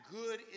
good